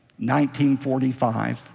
1945